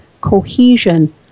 cohesion